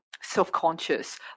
self-conscious